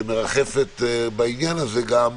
שמרחפת בעניין הזה גם,